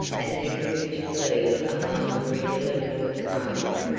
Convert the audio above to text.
and their ghoulish glee alarmed the regular norman army,